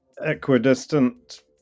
equidistant